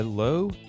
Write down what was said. Hello